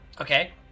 Okay